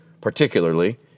particularly